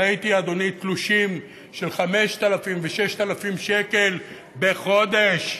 ראיתי, אדוני, תלושים של 5,000 ו-6,000 שקל בחודש,